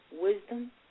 wisdom